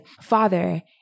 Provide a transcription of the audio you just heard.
Father